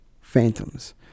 Phantoms